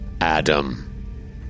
Adam